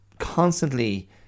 constantly